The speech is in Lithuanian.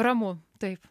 ramu taip